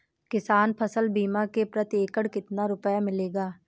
किसान फसल बीमा से प्रति एकड़ कितना रुपया मिलेगा?